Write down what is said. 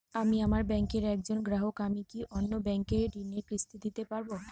আমি আপনার ব্যাঙ্কের একজন গ্রাহক আমি কি অন্য ব্যাঙ্কে ঋণের কিস্তি দিতে পারবো?